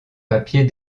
papier